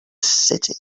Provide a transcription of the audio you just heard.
city